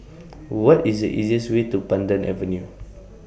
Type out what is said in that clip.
What IS The easiest Way to Pandan Avenue